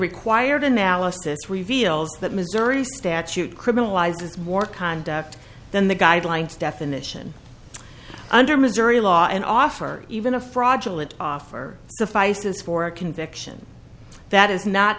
required analysis reveals that missouri statute criminalizes more conduct than the guidelines definition under missouri law and offer even a fraudulent offer suffice this for a conviction that is not